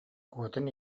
куотан